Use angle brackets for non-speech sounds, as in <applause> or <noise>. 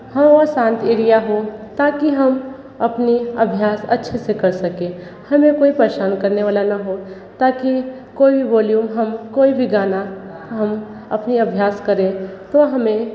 <unintelligible> शांत एरिया हो ताकि हम अपनी अभ्यास अच्छे से कर सकें हमें कोई परेशान करने वाला ना हो ताकि कोई भी वॉल्यूम हम कोई भी गाना हम अपने अभ्यास करें तो हमें